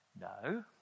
No